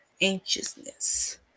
anxiousness